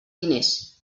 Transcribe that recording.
diners